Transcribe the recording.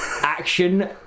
action